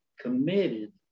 committed